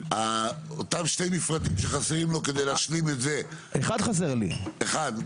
אותם שני מפרטים שחסרים לו כדי להשלים את זה --- חסר לי אחד.